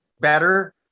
better